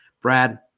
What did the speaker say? Brad